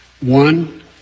One